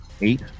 eight